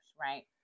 right